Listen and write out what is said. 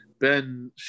Ben